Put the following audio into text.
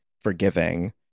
forgiving